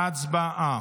חוק ומשפט נתקבלה.